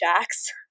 Jax